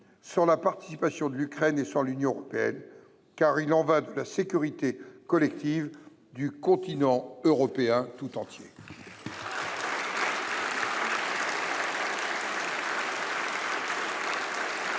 sans la participation de l’Ukraine et sans l’Union européenne, car il y va de la sécurité collective du continent européen tout entier.